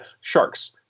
Sharks